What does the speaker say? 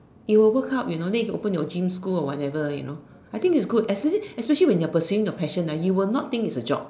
it will work out you know then you could open your gym school or whatever you know I think it's good especially when you are pursuing your passion you will not think it's a job